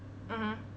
mmhmm